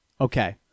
okay